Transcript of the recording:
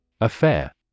Affair